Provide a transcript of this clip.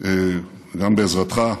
גם בעזרתך,